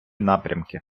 напрямки